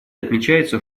отмечается